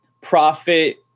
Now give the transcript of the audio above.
profit